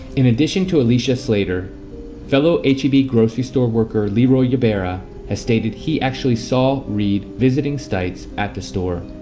in addition to alicia slater fellow h e b grocery store worker leeroy ybarra has stated he actually saw reed visiting stites at the store.